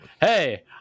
hey